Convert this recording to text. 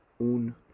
un